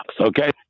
okay